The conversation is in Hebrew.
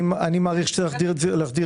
אני מעריך שתרצו להגדיר את זה בחקיקה.